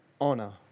honor